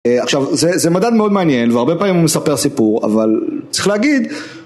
עכשיו זה מדען מאוד מעניין והרבה פעמים הוא מספר סיפור אבל צריך להגיד